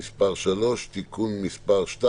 (מס' 3) (תיקון מס'